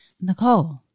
Nicole